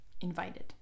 invited